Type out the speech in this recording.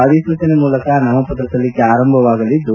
ಅಧಿಸೂಚನೆ ಮೂಲಕ ನಾಮಪತ್ರ ಸಲ್ಲಿಕೆ ಆರಂಭವಾಗಲಿದ್ದು